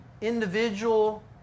individual